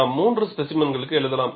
நாம் மூன்று ஸ்பேசிமென்களுக்கு எழுதலாம்